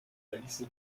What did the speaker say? riesen